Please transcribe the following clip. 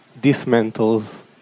dismantles